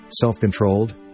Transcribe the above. self-controlled